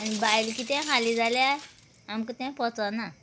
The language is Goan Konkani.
आनी भायलें कितें खालें जाल्यार आमकां तें पचना